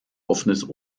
offenes